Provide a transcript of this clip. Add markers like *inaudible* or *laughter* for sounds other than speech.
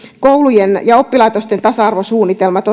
koulujen ja oppilaitosten tasa arvosuunnitelmat *unintelligible*